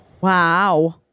Wow